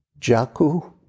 Jaku